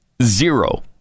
Zero